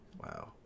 Wow